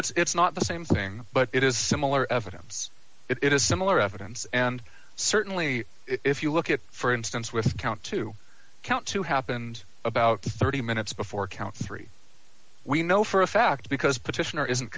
no it's not the same thing but it is similar evidence it is similar evidence and certainly if you look at for instance with count two count two happened about thirty minutes before count three we know for a fact because petitioner isn't